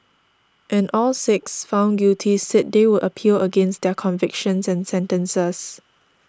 and all six found guilty say they would appeal against their convictions and sentences